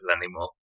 anymore